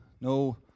no